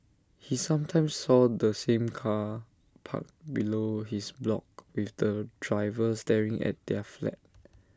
he sometimes saw the same car parked below his block with the driver staring at their flat